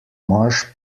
marsh